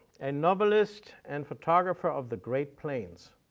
and novelist and photographer of the great plains,